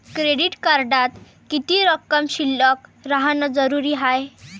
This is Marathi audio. क्रेडिट कार्डात किती रक्कम शिल्लक राहानं जरुरी हाय?